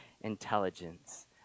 intelligence